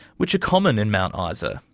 which are common in mount ah isa,